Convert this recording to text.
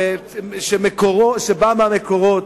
שזה בא מהמקורות,